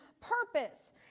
purpose